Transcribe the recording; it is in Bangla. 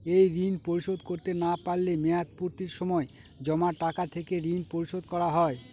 এই ঋণ পরিশোধ করতে না পারলে মেয়াদপূর্তির সময় জমা টাকা থেকে ঋণ পরিশোধ করা হয়?